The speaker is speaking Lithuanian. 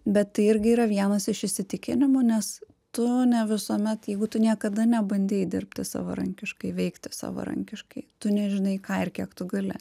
bet tai irgi yra vienas iš įsitikinimų nes tu ne visuomet jeigu tu niekada nebandei dirbti savarankiškai veikti savarankiškai tu nežinai ką ir kiek tu gali